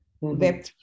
Web